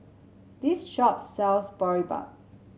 this shop sells Boribap